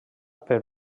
per